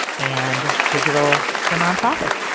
and digital for nonprofits.